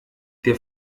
der